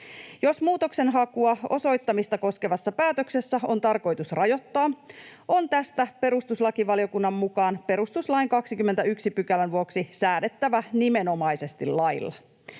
Jos muutoksenhakua osoittamista koskevassa päätöksessä on tarkoitus rajoittaa, on tästä perustuslakivaliokunnan mukaan perustuslain 21 §:n vuoksi säädettävä nimenomaisesti lailla.